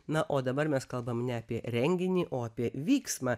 na o dabar mes kalbam ne apie renginį o apie vyksmą